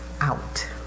out